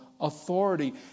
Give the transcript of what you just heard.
authority